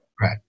Right